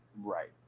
Right